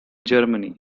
germany